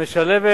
שמשלבת